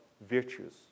virtues